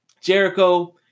Jericho